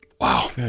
wow